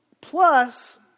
Plus